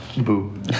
Boo